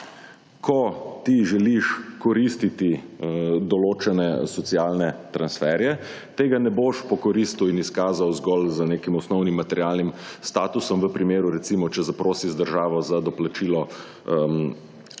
Ko ti želiš koristiti določene socialne transferje, tega ne boš pokoristil in izkazal zgolj z nekim osnovnim materialnim statusom v primeru recimo, če zaprosiš državo za doplačilo oskrbe